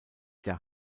der